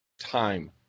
time